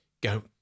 go